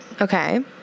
Okay